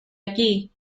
aquí